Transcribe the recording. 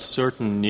certain